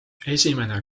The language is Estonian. esimene